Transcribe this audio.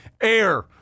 air